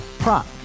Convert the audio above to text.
Prop